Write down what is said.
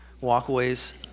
walkways